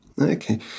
Okay